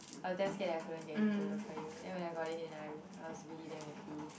I was damn scared that I couldn't get into local u then when I got it in right I was really damn happy